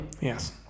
Yes